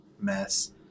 mess